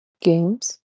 games